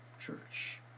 church